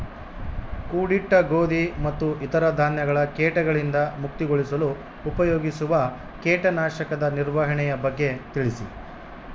ಕೂಡಿಟ್ಟ ಗೋಧಿ ಮತ್ತು ಇತರ ಧಾನ್ಯಗಳ ಕೇಟಗಳಿಂದ ಮುಕ್ತಿಗೊಳಿಸಲು ಉಪಯೋಗಿಸುವ ಕೇಟನಾಶಕದ ನಿರ್ವಹಣೆಯ ಬಗ್ಗೆ ತಿಳಿಸಿ?